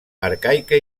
arcaica